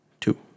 Two